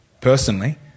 personally